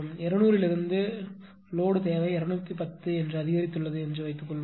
200 லிருந்து லோடு தேவை 210 அதிகரித்துள்ளது என்று வைத்துக்கொள்வோம்